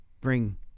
bring